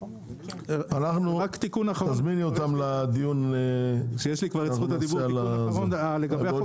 תזמיני אותם לדיון --- דיברתם על חוק